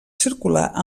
circular